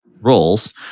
roles